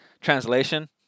translation